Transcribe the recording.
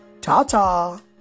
Ta-ta